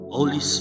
Holy